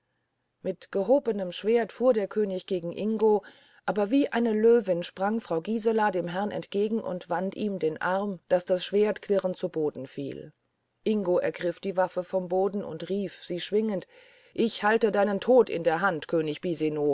mit gehobenem schwert fuhr der könig gegen ingo aber wie eine löwin sprang frau gisela dem herrn entgegen und wand ihm den arm daß das schwert klirrend zu boden fiel ingo ergriff die waffe vom boden und rief sie schwingend ich halte deinen tod in der hand könig